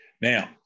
Now